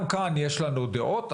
גם כאן יש לנו דעות,